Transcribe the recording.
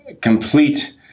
complete